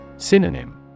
synonym